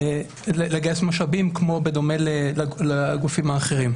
לגייס משאבים, בדומה לגופים האחרים.